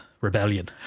rebellion